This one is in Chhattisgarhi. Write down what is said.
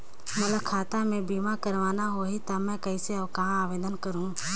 मोला खाता मे बीमा करना होहि ता मैं कइसे और कहां आवेदन करहूं?